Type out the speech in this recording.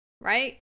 Right